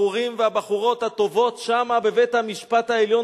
הבחורים והבחורות הטובות שמה בבית-המשפט העליון,